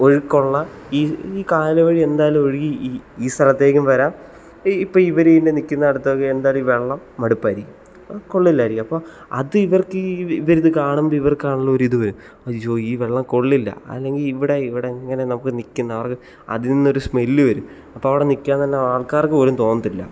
ഒഴുക്കുള്ള ഈ കായൽ വഴി എന്തായാലും ഒഴുകി ഈ സ്ഥലത്തേക്കും വരാം ഇപ്പം ഇവർ ഇങ്ങനെ നിൽക്കുന്ന അടുത്തേക്ക് എന്തായാലും ഈ വെള്ളം മടുപ്പായിരിക്കും ആ കൊള്ളൂല്ലായിരിക്കും അപ്പം അത് ഇവർക്ക് ഈ ഇവരിത് കാണുമ്പോൾ ഇവർക്ക് ആണേലും ഒരു ഇത് വരും അയ്യോ ഈ വെള്ളം കൊള്ളില്ല അല്ലെങ്കിൽ ഇവിടെ ഇവിടെ ഇങ്ങനെ നമുക്ക് നിൽക്കുന്നവർക്ക് അതിൽ നിന്നൊരു സ്മെൽ വരും അപ്പം അവിടെ നിൽക്കാൻ തന്നെ ആൾക്കാർക്ക് പോലും തോന്നത്തില്ല